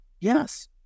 Yes